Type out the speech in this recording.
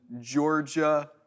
Georgia